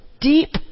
deep